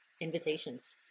invitations